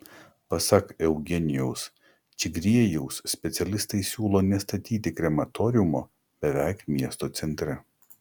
pasak eugenijaus čigriejaus specialistai siūlo nestatyti krematoriumo beveik miesto centre